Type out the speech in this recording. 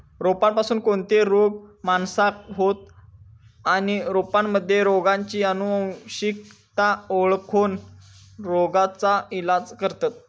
रोपांपासून कोणते रोग माणसाका होतं आणि रोपांमध्ये रोगाची अनुवंशिकता ओळखोन रोगाचा इलाज करतत